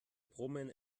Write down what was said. brummen